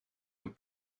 een